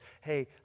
hey